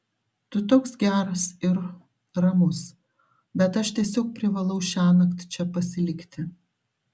tu toks geras ir ramus bet aš tiesiog privalau šiąnakt čia pasilikti